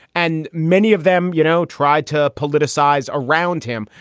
and many of them, you know, tried to politicize around him.